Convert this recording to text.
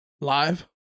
Live